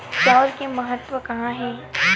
चांउर के महत्व कहां हे?